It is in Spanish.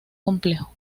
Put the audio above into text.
complejo